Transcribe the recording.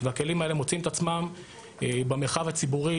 והכלים האלה מוצאים את עצמם במרחב הציבורי,